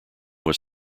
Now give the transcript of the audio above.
was